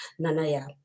Nanaya